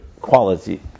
quality